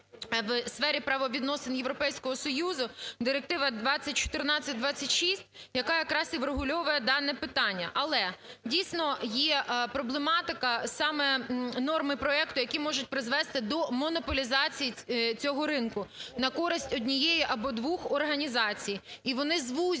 в сфері правовідносин Європейського Союзу, Директива 2014/26, яка якраз і врегульовує дане питання. Але, дійсно, є проблематика. Саме норми проекту, які можуть призвести до монополізації цього ринку на користь однієї або двох організацій, і вони звузять,